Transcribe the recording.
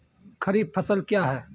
खरीफ फसल क्या हैं?